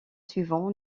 suivants